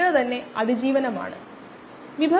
ഇതാണ് ഞാൻ ഇതിനെ 1